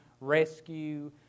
rescue